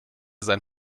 sein